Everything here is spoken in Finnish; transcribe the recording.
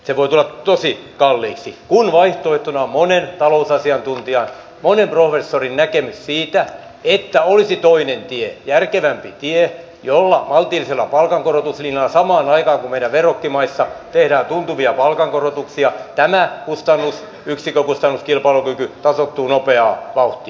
se voi tulla tosi kalliiksi kun vaihtoehtona on monen talousasiantuntijan monen professorin näkemys siitä että olisi toinen tie järkevämpi tie jolla maltillisella palkankorotuslinjalla samaan aikaan meidän verrokkimaissa tehdään tuntuvia palkankorotuksia tämä yksikkökustannuskilpailukyky tasoittuu nopeaa vauhtia